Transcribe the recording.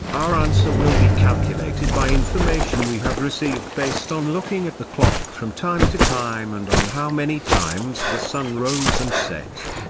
our answer will be calculated by information we have received based on looking at the clock from time to time and on how many times the sun rose and set.